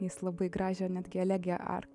jis labai gražią negi elegiją